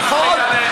נכון?